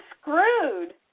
screwed